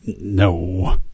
No